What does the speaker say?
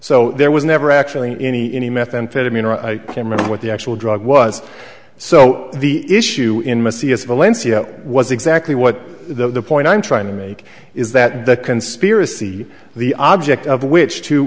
so there was never actually any any methamphetamine or i can remember what the actual drug was so the issue in my c s valencia was exactly what the point i'm trying to make is that the conspiracy the object of which t